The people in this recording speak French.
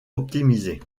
optimisés